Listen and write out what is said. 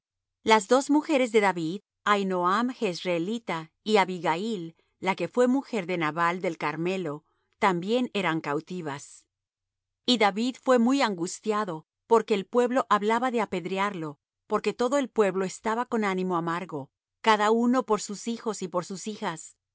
las dos mujeres de david ahinoam jezreelita y abigail la que fué mujer de nabal del carmelo también eran cautivas y david fué muy angustiado porque el pueblo hablaba de apedrearlo porque todo el pueblo estaba con ánimo amargo cada uno por sus hijos y por sus hijas